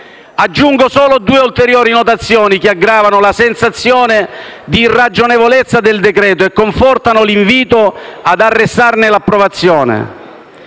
Aggiungo solo due ulteriori notazioni che aggravano la sensazione di irragionevolezza del decreto-legge e confortano l'invito ad arrestarne l'approvazione.